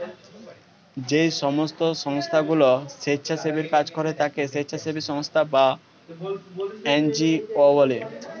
যেই সমস্ত সংস্থাগুলো স্বেচ্ছাসেবীর কাজ করে তাকে স্বেচ্ছাসেবী সংস্থা বা এন জি ও বলে